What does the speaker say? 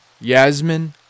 Yasmin